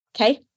Okay